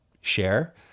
share